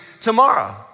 tomorrow